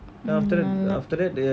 நானும்:naanum